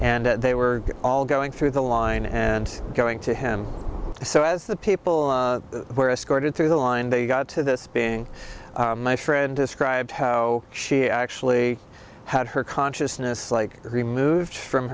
and they were all going through the line and going to him so as the people were escorted through the line they got to this being my friend described how she actually had her consciousness like removed from